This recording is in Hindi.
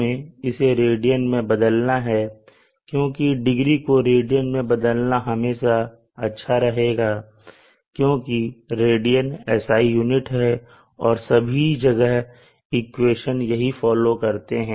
हमें इसे रेडियन में बदलना है क्योंकि डिग्री को रेडियन में बदलना हमेशा अच्छा रहेगा क्योंकि रेडियन SI यूनिट है और सभी जगह इक्वेशन यही फॉलो करते हैं